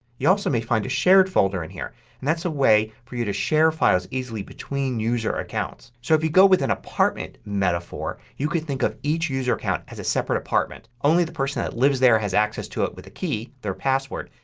you also my find a shared folder in here. and that's a way for you to share files easily between user accounts. so if you go with an apartment metaphor you could think of each user account as a separate apartment. only the person that lives there has access to it with a key, a password,